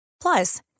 Plus